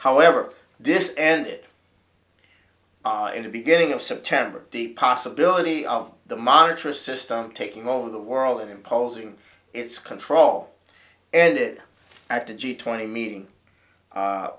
however this ended in the beginning of september the possibility of the monitor system taking over the world and imposing its control and it at the g twenty meeting